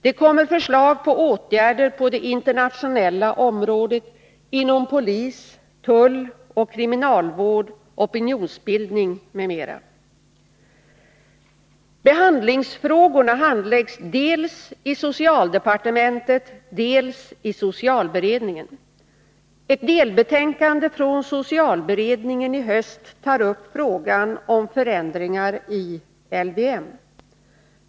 Det kommer förslag på åtgärder på det internationella området, inom polis, tull och kriminalvård, inom skola, opinionsbildning m.m. Behandlingsfrågorna handläggs dels i socialdepartementet, dels i socialberedningen. Ett delbetänkande från socialberedningen som skall läggas fram i höst tar upp frågan om förändringar i LVM.